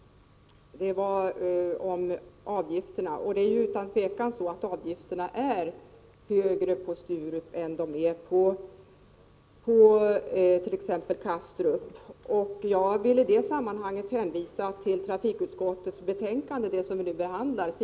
Avgifterna är utan tvivel högre på Sturup än på t.ex. Kastrup. Jag villi det sammanhanget hänvisa till trafikutskottets betänkande, som vi nu behandlar.